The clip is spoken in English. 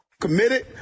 Committed